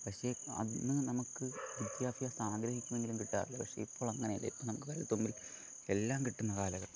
പക്ഷേ അന്ന് നമുക്ക് വിദ്യാഭ്യാസം ആഗ്രഹിക്കുമെങ്കിലും കിട്ടാറില്ല പക്ഷേ ഇപ്പോൾ അങ്ങനെയല്ല ഇപ്പോൾ നമുക്ക് വിരൽത്തുമ്പിൽ എല്ലാം കിട്ടുന്ന കാലഘട്ടമാണ്